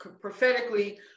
prophetically